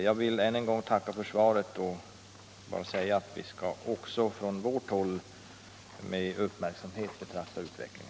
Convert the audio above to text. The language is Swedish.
Jag vill än en gång tacka för svaret och säga att vi också från vårt håll skall följa utvecklingen med uppmärksamhet.